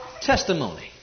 testimony